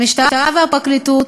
המשטרה והפרקליטות,